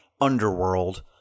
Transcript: underworld